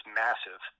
massive